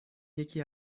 یکی